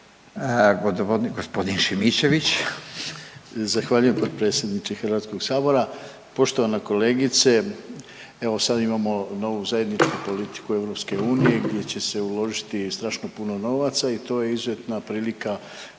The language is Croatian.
**Šimičević, Rade (HDZ)** Zahvaljujem potpredsjedniče HS. Poštovana kolegice, evo sad imamo novu zajedničku politiku EU gdje će se uložiti strašno puno novaca i to je izuzetna prilika